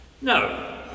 no